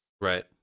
Right